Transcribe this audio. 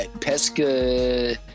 pesca